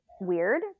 weird